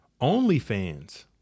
OnlyFans